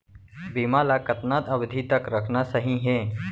बीमा ल कतना अवधि तक रखना सही हे?